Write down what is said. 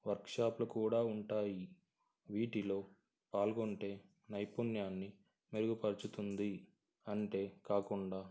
వర్క్షాప్లు కూడా ఉంటాయి వీటిలో పాల్గొంటే నైపుణ్యాన్ని మెరుగుపరుచుతుంది అంతే కాకుండా